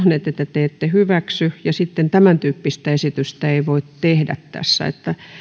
että te te ette hyväksy ja tämäntyyppistä esitystä ei voi tehdä tässä